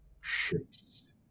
ships